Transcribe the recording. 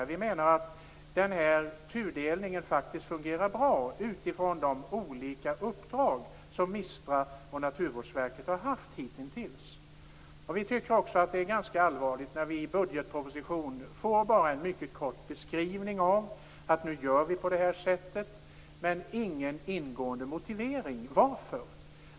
Vi menar att tudelningen faktiskt fungerar bra utifrån de olika uppdrag som MISTRA och Naturvårdsverket hitintills har haft. Vi tycker också att det är ganska allvarligt när det i budgetpropositionen bara ges en mycket kort beskrivning av att man nu gör på det här sättet, och ingen ingående motivering till varför.